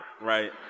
right